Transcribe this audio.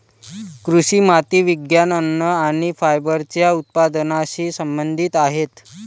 कृषी माती विज्ञान, अन्न आणि फायबरच्या उत्पादनाशी संबंधित आहेत